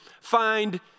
find